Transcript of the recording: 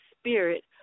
spirit